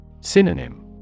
Synonym